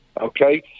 okay